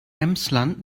emsland